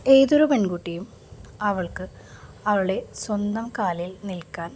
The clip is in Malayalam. ഏതൊരു പെൺകുട്ടിയും അവൾക്ക് അവളുടെ സ്വന്തം കാലിൽ നിൽക്കാൻ